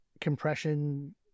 compression